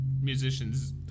musicians